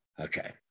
Okay